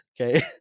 Okay